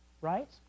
right